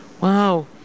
Wow